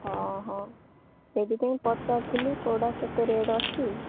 ହଁ ହଁ ସେଇଥିପାଇଁ ପଚାରୁଥିଲି କେଉଁଟା କେତେ ରେଟ୍ ଅଛି